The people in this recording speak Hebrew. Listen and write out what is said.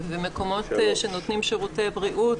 מקומות שנותנים שירותי בריאות,